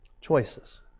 Choices